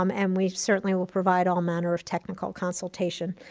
um and we certainly will provide all manner of technical consultation.